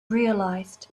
realized